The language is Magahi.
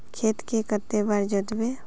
खेत के कते बार जोतबे?